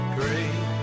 great